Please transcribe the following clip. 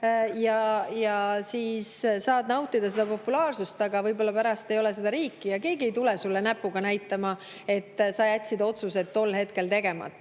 ja saad nautida seda populaarsust, aga võib-olla pärast ei ole seda riiki. Ja keegi ei tule sulle näpuga näitama, et sa jätsid otsused tol hetkel tegemata.